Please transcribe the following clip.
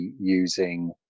using